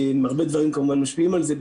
והרבה דברים, כמובן, משפיעים על זה.